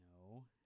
no